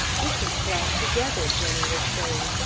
we can plan together, jenny was saying.